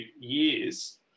years